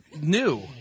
new